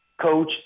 coach